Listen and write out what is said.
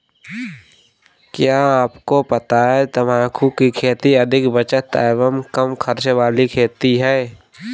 क्या आपको पता है तम्बाकू की खेती अधिक बचत एवं कम खर्च वाली खेती है?